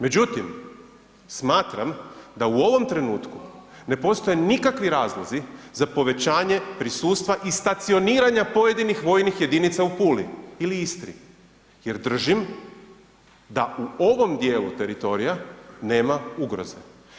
Međutim, smatram da u ovom trenutku ne postoje nikakvi razlozi za povećanje prisustva i stacioniranja pojedinih vojnih jedinica u Puli ili Istri jer držim da u ovom dijelu teritorija nema ugroze.